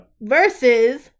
Versus